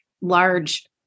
large